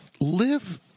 Live